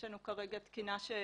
יש לנו כרגע תקינה תקועה.